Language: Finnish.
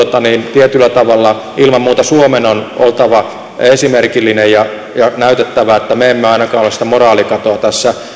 tietyllä tavalla ilman muuta suomen on oltava esimerkillinen ja näytettävä että me emme ainakaan ole sitä moraalikatoa tässä